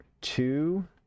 two